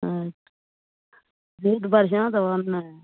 अच्छे बेंकपर ध्यान देबऽ ने